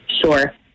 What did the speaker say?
Sure